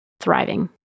thriving